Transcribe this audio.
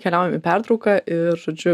keliaujamį pertrauką ir žodžiu